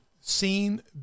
seen